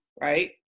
right